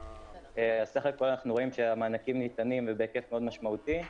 בסך הכול אנחנו רואים כי המענקים ניתנים ובהיקף מאוד משמעותי.